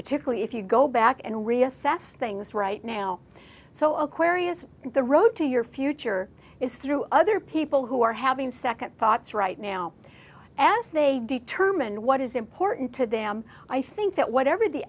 particularly if you go back and reassess things right now so aquarius the road to your future is through other people who are having second thoughts right now as they determine what is important to them i think that whatever the